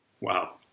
Wow